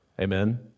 amen